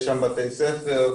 יש שם בתי ספר.